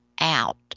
out